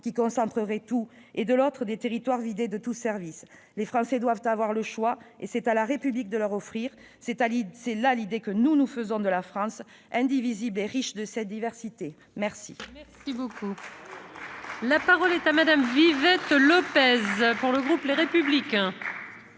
qui concentreraient tout, de l'autre, des territoires vidés de tout service. Les Français doivent avoir le choix, et c'est à la République de le leur offrir : telle est l'idée que nous nous faisons de la France, indivisible et riche de ses diversités !